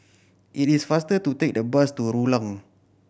it is faster to take the bus to Rulang